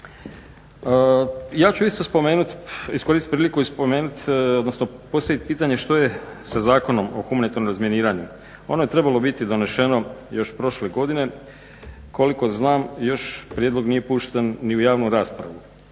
priliku i spomenuti odnosno postaviti pitanje što je sa Zakonom o humanitarnom razminiranju, ono je trebalo biti doneseno još prošle godine, koliko znam još prijedlog nije pušten ni u javnu raspravu.